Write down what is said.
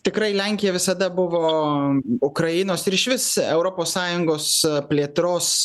tikrai lenkija visada buvo ukrainos ir išvis europos sąjungos plėtros